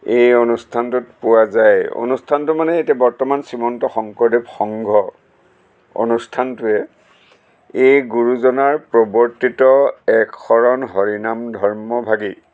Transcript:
এই অনুষ্ঠানটোত পোৱা যায় অনুষ্ঠানটো মানে এতিয়া বৰ্তমান শ্ৰীমন্ত শংকৰদেৱ সংঘ অনুষ্ঠানটোৱে এই গুৰুজনাৰ প্ৰৱৰ্তিত এক শৰণ হৰিনাম ধৰ্মভাগী